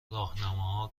راهنماها